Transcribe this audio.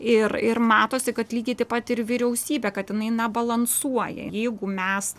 ir ir matosi kad lygiai taip pat ir vyriausybė kad inai na balansuoja jeigu mes